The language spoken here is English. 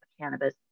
cannabis